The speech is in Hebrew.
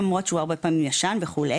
למרות שהוא הרבה פעמים ישן וכו',